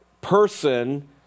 person